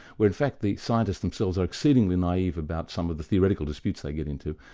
where in fact the scientists themselves are exceedingly naive about some of the theoretical disputes they get into.